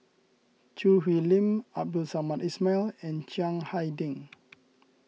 Choo Hwee Lim Abdul Samad Ismail and Chiang Hai Ding